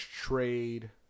trade